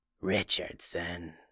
Richardson